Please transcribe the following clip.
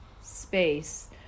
space